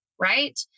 Right